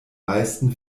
meisten